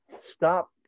stop